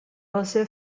also